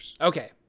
Okay